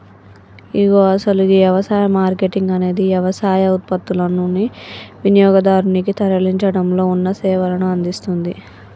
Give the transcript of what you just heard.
ఇగో అసలు గీ యవసాయ మార్కేటింగ్ అనేది యవసాయ ఉత్పత్తులనుని వినియోగదారునికి తరలించడంలో ఉన్న సేవలను అందిస్తుంది